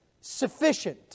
sufficient